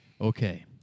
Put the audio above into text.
okay